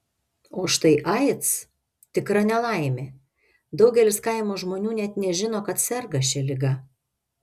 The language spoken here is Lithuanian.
o štai aids tikra nelaimė daugelis kaimo žmonių net nežino kad serga šia liga